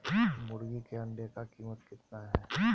मुर्गी के अंडे का कीमत कितना है?